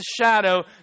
shadow